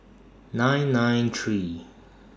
nine nine three